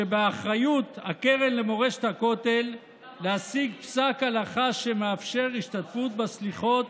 שבאחריות הקרן למורשת הכותל להשיג פסק הלכה שמאפשר השתתפות בסליחות